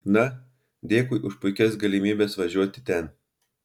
na dėkui už puikias galimybės važiuoti ten